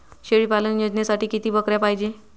शेळी पालन योजनेसाठी किती बकऱ्या पायजे?